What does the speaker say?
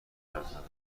بسازند